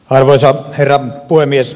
arvoisa herra puhemies